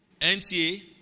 NTA